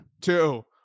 Two